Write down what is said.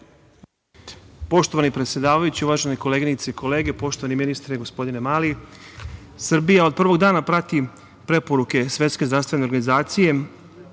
Poštovani predsedavajući, uvažene koleginice i kolege, poštovani ministre gospodine Mali, Srbija od prvog dana prati preporuke Svetske zdravstvene organizacije